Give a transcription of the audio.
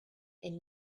and